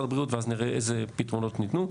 הבריאות ואז נראה איזה פתרונות ניתנו,